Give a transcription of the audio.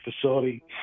facility